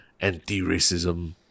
anti-racism